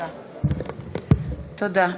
תודה.